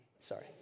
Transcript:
sorry